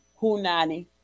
Hunani